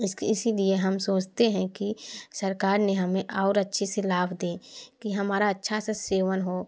इसके इसी लिए हम सोचते हैं कि सरकार ने हमें और अच्छे से लाभ दे कि हमारा अच्छा से सेवन हो